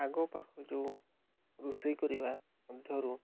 ଆଗ ପାଖ ଯେଉଁ ରୋଷେଇ କରିବା ମଧ୍ୟରୁ